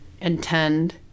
intend